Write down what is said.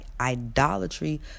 idolatry